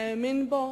האמין בו,